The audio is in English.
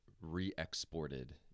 re-exported